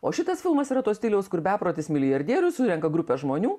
o šitas filmas yra to stiliaus kur beprotis milijardierius surenka grupę žmonių